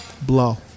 blow